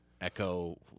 echo